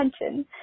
attention